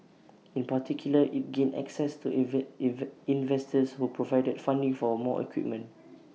in particular IT gained access to invest invest investors who provided funding for A more equipment